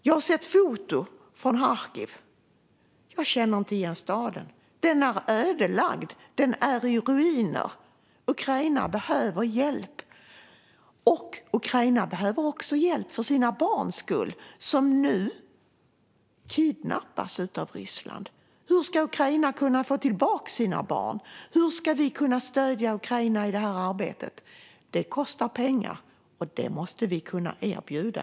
Jag har sett foton från Charkiv och känner inte igen staden. Den är ödelagd. Den är i ruiner. Ukraina behöver hjälp. Ukraina behöver också hjälp för sina barns skull. De kidnappas nu av Ryssland. Hur ska Ukraina få tillbaka sina barn? Hur ska vi stödja Ukraina i det arbetet? Det kostar pengar, och det måste vi kunna erbjuda.